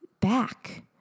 back